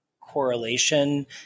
correlation